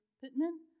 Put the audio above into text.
pittman